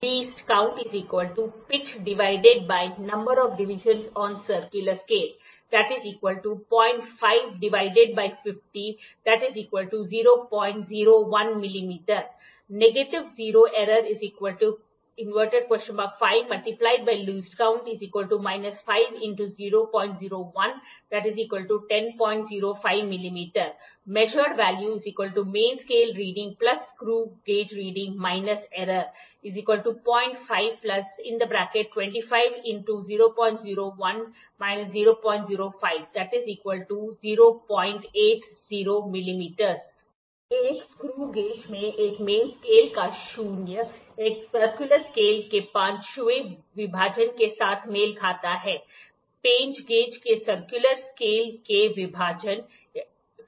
Least Count LC 001mm नकारात्मक शून्य त्रुटि ¿5×LC 5× 001 1005 mmमिमी मापा मूल्य मेन स्केल पढ़ना भाड़ गेज पढ़ना त्रुटि Measured value Main scale Reading Screw gauge Reading -Error • 05 25 × 001 ¿005 • 080 mm मिमी एक स्क्रू गेज में एक मेन स्केल का शून्य एक सर्कुलर स्केल के पांचवें विभाजन के साथ मेल खाता है पेंच गेज के सर्कुलर स्केल के विभाजन 50 हैं